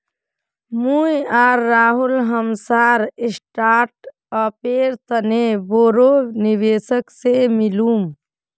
मुई आर राहुल हमसार स्टार्टअपेर तने बोरो निवेशक से मिलुम